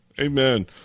Amen